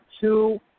two